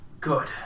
Good